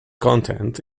content